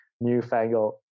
newfangled